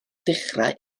dechrau